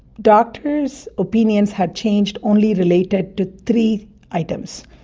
doctors' opinions had changed only related to three items.